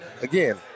again